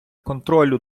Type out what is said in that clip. контролю